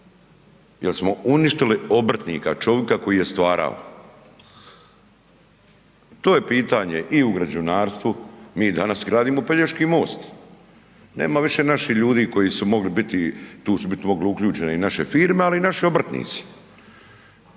jer smo uništili obrtnika, čovjeka koji je stvarao. To je pitanje i u građevinarstvu, mi danas gradimo Pelješki most, nema više naših ljudi koji su mogli biti, tu su mogli biti uključene i naše firme ali i naši obrtnici